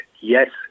yes